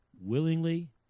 willingly